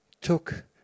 took